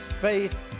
Faith